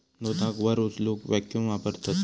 दुधाक वर उचलूक वॅक्यूम वापरतत